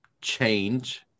change